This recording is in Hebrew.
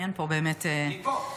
כי אין פה באמת --- אני פה,